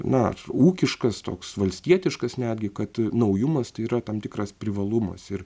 na ūkiškas toks valstietiškas netgi kad naujumas tai yra tam tikras privalumas ir